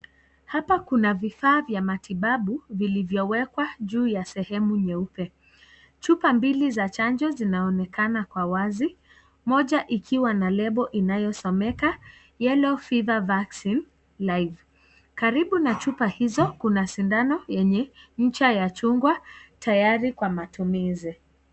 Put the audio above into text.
Hapa kuna vifaa vya matibabu villivyowekwa juu ya sehemu nyeupe. Chupa mbili za chanjo zinaonekana kwa wazi, moja ikiwa na lebo inayosomeka yello fever vaccine live . Karibu na chupa hizo kuna sindano yenye ncha ya chungwa tayari kwa matumizi.